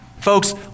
folks